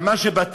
אבל מה שבטוח,